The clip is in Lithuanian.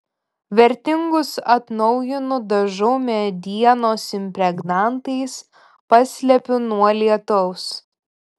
vertingus atnaujinu dažau medienos impregnantais paslepiu nuo lietaus